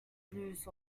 lose